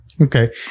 Okay